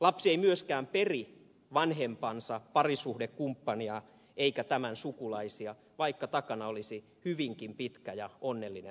lapsi ei myöskään peri vanhempansa parisuhdekumppania eikä tämän sukulaisia vaikka takana olisi hyvinkin pitkä ja onnellinen elämä